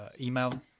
email